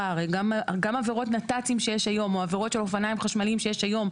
הרי גם עבירות נת"צים שיש היום או עבירות של אופניים חשמליים שיש היום,